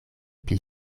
pli